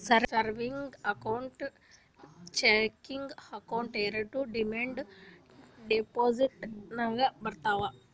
savings account, checking account ಎರೆಡು demand deposit ನಾಗೆ ಬರ್ತಾವ್